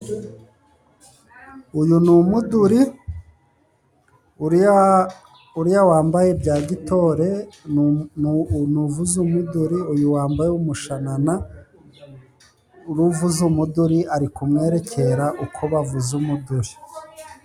Uyu ni umuduri. Uriya wambaye bya gitore ni uvuza umuduri, Uyu wambaye umushanana ,uriya uvuza umuduri ari kumwerekera uko bavuza umuduri.